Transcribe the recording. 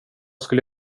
skulle